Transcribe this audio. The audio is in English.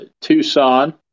Tucson